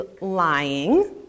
lying